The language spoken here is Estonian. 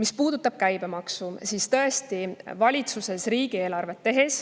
Mis puudutab käibemaksu, siis valitsuses riigieelarvet tehes